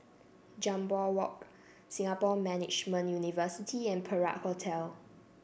Jambol Walk Singapore Management University and Perak Hotel